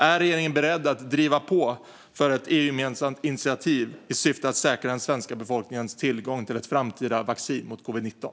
Är regeringen beredd att driva på för ett EU-gemensamt initiativ i syfte att säkra den svenska befolkningens tillgång till ett framtida vaccin mot covid-19?